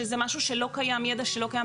שזה ידע שלא קיים בארץ,